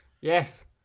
Yes